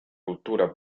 cultura